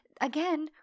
again